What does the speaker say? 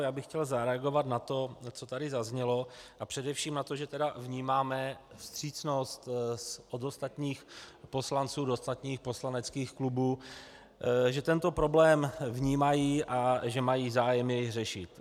Já bych chtěl zareagovat na to, co tady zaznělo, a především na to, že vnímáme vstřícnost od ostatních poslanců, od ostatních poslaneckých klubů, že tento problém vnímají a že mají zájem jej řešit.